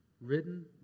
written